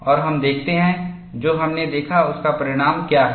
और हम देखते हैं जो हमने देखा उसका परिणाम क्या है